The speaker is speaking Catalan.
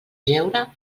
jeure